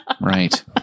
right